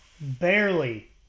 barely